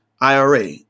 IRA